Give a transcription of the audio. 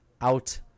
out